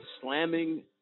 slamming